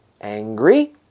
angry